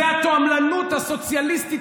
זו התועמלנות הסוציאליסטית,